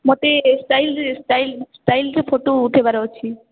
ମତେ ଷ୍ଟାଇଲ୍ରେ ଷ୍ଟାଇଲ୍ରେ ଫୋଟୋ ଉଠେଇବାର ଅଛି